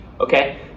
Okay